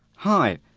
hi,